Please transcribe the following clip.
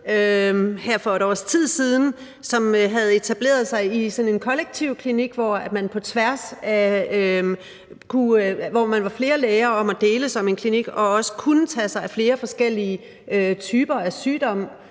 Hansen i Ringsted, som havde etableret sig i sådan en kollektiv klinik, hvor man var flere læger om at deles om en klinik, og hvor man også kunne tage sig af flere forskellige typer af sygdomme.